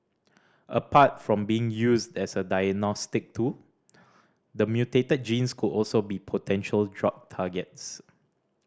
apart from being used as a diagnostic tool the mutated genes could also be potential drug targets